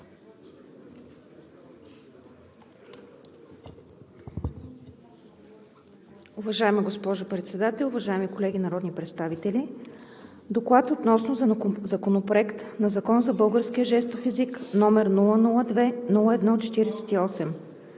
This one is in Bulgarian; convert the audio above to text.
Уважаема госпожо Председател, уважаеми колеги народни представители! „ДОКЛАД относно Законопроект за българския жестов език, № 002 01-48,